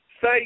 say